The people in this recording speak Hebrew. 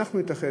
אם אנחנו נתאחד,